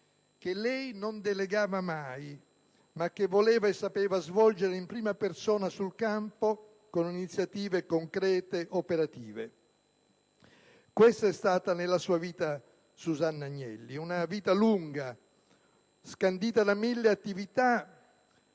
che non delegava mai, ma che voleva e sapeva svolgere in prima persona, sul campo, con iniziative concrete, operative. Questa è stata, nella sua vita, Susanna Agnelli. Una vita lunga, scandita da mille attività,